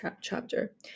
chapter